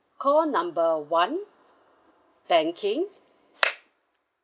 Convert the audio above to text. call number one banking